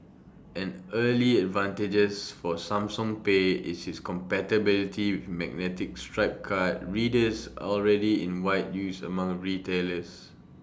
an early advantages for Samsung pay is its compatibility with magnetic stripe card readers already in wide use among retailers